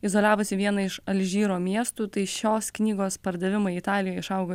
izoliavusi vieną iš alžyro miestų tai šios knygos pardavimai italijoj išaugo